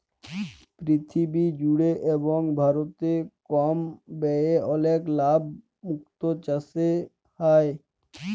পীরথিবী জুড়ে এবং ভারতে কম ব্যয়ে অলেক লাভ মুক্ত চাসে হ্যয়ে